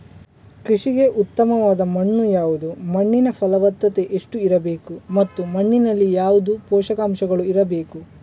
ಕೃಷಿಗೆ ಉತ್ತಮವಾದ ಮಣ್ಣು ಯಾವುದು, ಮಣ್ಣಿನ ಫಲವತ್ತತೆ ಎಷ್ಟು ಇರಬೇಕು ಮತ್ತು ಮಣ್ಣಿನಲ್ಲಿ ಯಾವುದು ಪೋಷಕಾಂಶಗಳು ಇರಬೇಕು?